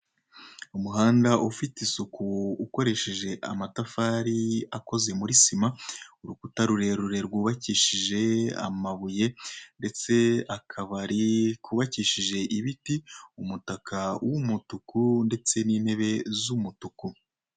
Umuhanda ufite isuku ukoresheje amatafari akoze muri sima urukuta rurerure rw'ubakishije amabuye ndetse akabari kubakishije ibiti umutaka w'umutuku ndetse n'intebe z'umutuku.